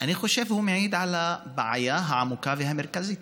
אני חושב שהוא מעיד על הבעיה העמוקה והמרכזית.